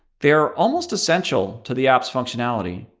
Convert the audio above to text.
they're almost essential to the app's functionality.